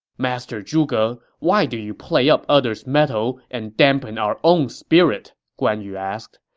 master zhuge, why do you play up others' mettle and dampen our own spirit? guan yu asked.